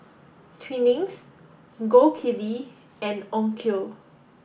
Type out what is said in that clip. Twinings Gold Kili and Onkyo